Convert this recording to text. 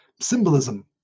symbolism